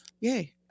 yay